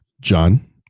John